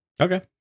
okay